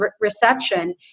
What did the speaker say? reception